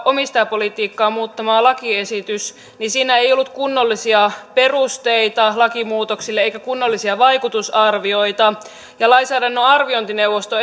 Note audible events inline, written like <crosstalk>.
omistajapolitiikkaa muuttavassa lakiesityksessä ei ollut kunnollisia perusteita lakimuutoksille eikä kunnollisia vaikutusarvioita ja lainsäädännön arviointineuvosto <unintelligible>